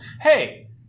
Hey